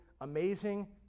amazing